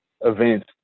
events